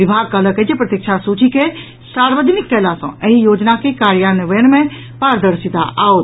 विभाग कहलक अछि जे प्रतीक्षा सूची के सार्वजनिक कयला सँ एहि योजना के कार्यान्वयन मे पारदर्शिता आओत